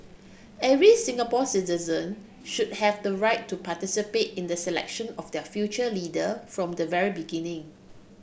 every Singapore citizen should have the right to participate in the selection of their future leader from the very beginning